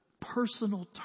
personal